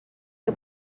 que